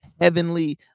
heavenly